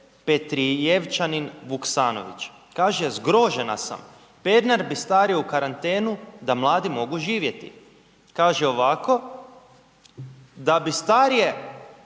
Petrijevčanin Vuksanović, kaže: „Zgrožena sam, Pernar bi starije u karantenu da mladi mogu živjeti“, kaže ovako da bi starije